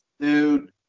dude